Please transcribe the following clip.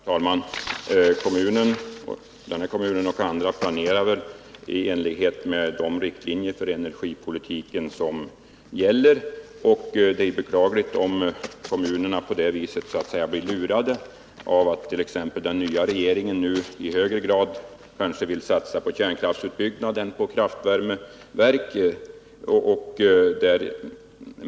Herr talman! Sundsvalls kommun och andra planerar väl i enlighet med de riktlinjer för energipolitiken som gäller, och det är ju beklagligt om kommunerna på det viset så att säga blir lurade av att t.ex. den nya regeringen nu i högre grad kanske vill satsa på kärnkraftsutbyggnad än på kraftvärmeverk.